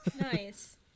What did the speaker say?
nice